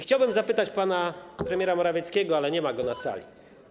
Chciałbym zapytać pana premiera Morawieckiego, ale nie ma go na sali.